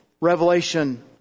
Revelation